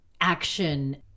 action